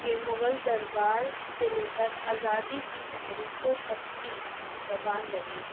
یہ مغل دربار سے لے کر آزادی کی تحریکوں تک کی زبان رہی ہے